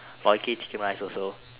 moi Chee chicken rice also